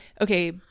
okay